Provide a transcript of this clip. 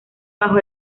bajo